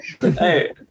Hey